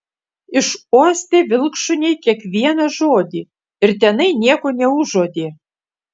išuostė vilkšuniai kiekvieną žodį ir tenai nieko neužuodė